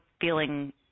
feeling